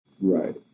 Right